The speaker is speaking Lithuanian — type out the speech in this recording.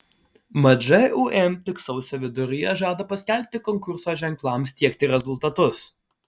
mat žūm tik sausio viduryje žada paskelbti konkurso ženklams tiekti rezultatus